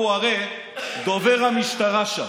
הוא הרי דובר המשטרה שם,